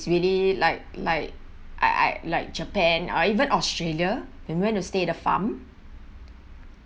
is really like like I I like japan or even australia and went to stay at a farm